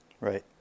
Right